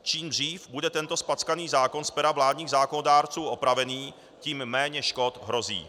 Čím dřív bude tento zpackaný zákon z pera vládních zákonodárců opravený, tím méně škod hrozí.